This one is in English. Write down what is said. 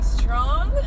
strong